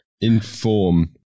inform